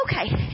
Okay